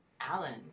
Alan